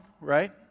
right